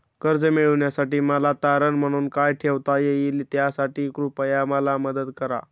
कर्ज मिळविण्यासाठी मला तारण म्हणून काय ठेवता येईल त्यासाठी कृपया मला मदत करा